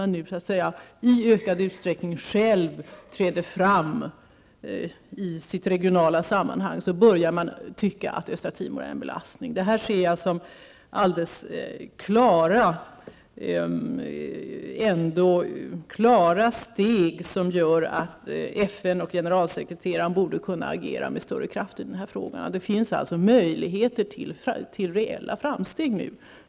När de i ökad utsträckning själva så att säga träder fram i sitt regionala sammanhang börjar de tycka att Östra Timor är en belastning. Det ser jag som någonting som alldeles klart gör att FN och generalsekreteraren borde kunna agera med större kraft i den här frågan. Det finns alltså nu möjligheter till reella framsteg.